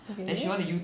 okay